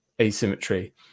asymmetry